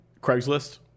Craigslist